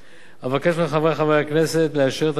אבקש מחברי חברי הכנסת לאשר את הצעת החוק